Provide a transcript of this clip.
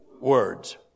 words